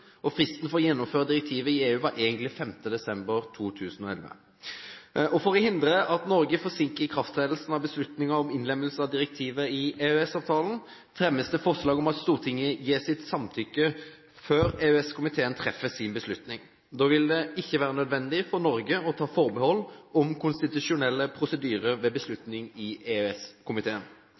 2008. Fristen for å gjennomføre direktivet i EU var egentlig 5. desember 2011. For å hindre at Norge forsinker ikrafttredelsen av beslutningen om innlemmelse av direktivet i EØS-avtalen, fremmes det forslag om at Stortinget gir sitt samtykke før EØS-komiteen treffer sin beslutning. Da vil det ikke være nødvendig for Norge å ta forbehold om konstitusjonelle prosedyrer ved beslutning i